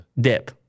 dip